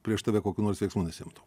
prieš tave kokių nors veiksmų nesiimtų